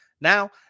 Now